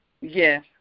Yes